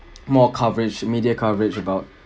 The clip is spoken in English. more coverage media coverage about